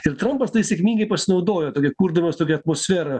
ir trampas tai sėkmingai pasinaudojo tokią kurdamas tokią atmosferą